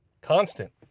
constant